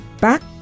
Back